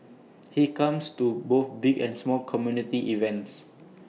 he comes to both big and small community events